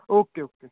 okay okay